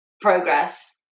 progress